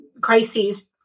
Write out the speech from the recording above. crises